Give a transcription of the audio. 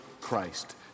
Christ